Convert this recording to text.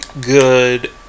good